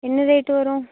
என்ன ரேட்டு வரும்